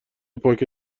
پاکه